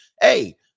hey